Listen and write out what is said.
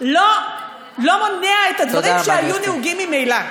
לא מונע את הדברים שהיו נהוגים ממילא.